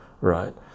right